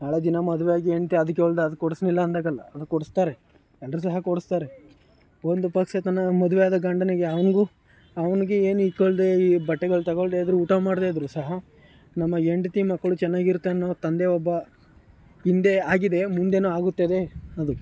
ನಾಳೆ ದಿನ ಮದುವೆಯಾಗಿ ಹೆಂಡ್ತಿ ಅದು ಕೇಳಿದ ಅದು ಕೊಡಿಸಿಲ್ಲ ಅಂದರೆ ಆಗೋಲ್ಲ ಅದು ಕೊಡಿಸ್ತಾರೆ ಎಲ್ಲರೂ ಸಹ ಕೊಡಿಸ್ತಾರೆ ಒಂದು ಪಕ್ಷತನ ಮದುವೆ ಆದ ಗಂಡನಿಗೆ ಅವ್ರಿಗೂ ಅವ್ನಿಗೆ ಏನು ಇಟ್ಕೊಳ್ದೆ ಏ ಏ ಬಟ್ಟೆಗಳು ತಗೊಳ್ಳದೆ ಇದ್ದರೂ ಊಟ ಮಾಡದೆ ಇದ್ದರು ಸಹ ನಮ್ಮ ಹೆಂಡ್ತಿ ಮಕ್ಕಳು ಚೆನ್ನಾಗಿ ಇರ್ತ ಅನ್ನೊ ತಂದೆ ಒಬ್ಬ ಹಿಂದೆ ಆಗಿದೆ ಮುಂದೆಯೂ ಆಗುತ್ತದೆ ಅದು